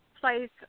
place